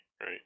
right